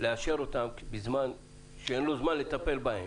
לאשר אותן בזמן שאין לו זמן לטפל בהן.